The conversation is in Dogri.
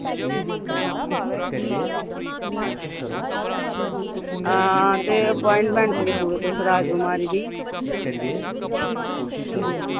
हां ते अपाइंटमेंट लिखी ओड़ो तुस राजकुमारी दी